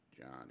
Johnny